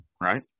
right